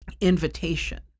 invitation